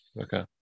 Okay